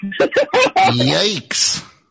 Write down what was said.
Yikes